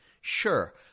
sure